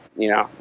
you know,